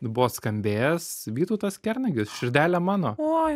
buvo skambėjęs vytautas kernagis širdele mano